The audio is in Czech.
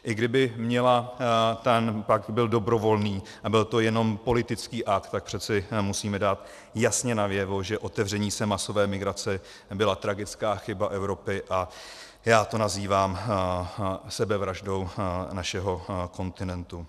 I kdyby ten pakt byl dobrovolný a byl to jenom politický akt, tak přece musíme dát jasně najevo, že otevření se masové migraci byla tragická chyba Evropy a já to nazývám sebevraždou našeho kontinentu.